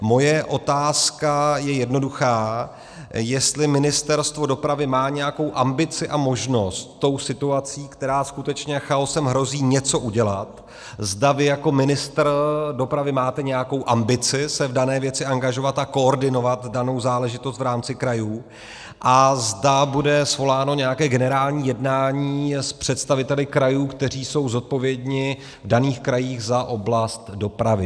Moje otázka je jednoduchá, jestli Ministerstvo dopravy má nějakou ambici a možnost s tou situací, která skutečně chaosem hrozí, něco udělat, zda vy jako ministr dopravy máte nějakou ambici se v dané věci angažovat a koordinovat danou záležitost v rámci krajů a zda bude svoláno nějaké generální jednání s představiteli krajů, kteří jsou zodpovědní v daných krajích za oblast dopravy.